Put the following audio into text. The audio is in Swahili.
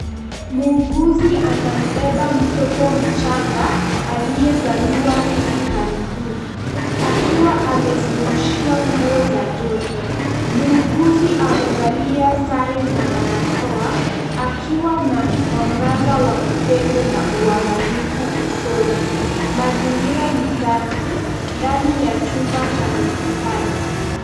Muuguzi anambeba mtoto mchanga aliyezaliwa hivi karibuni akiwa amezungushiwa nguo za joto. Muuguzi amevalia sare na barakoa akiwa na mwangaza wa upendo na uangalifu usoni. Mazingira ni safi ndani ya chumba cha hospitali.